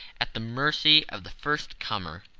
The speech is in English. at the mercy of the first comer.